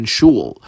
Shul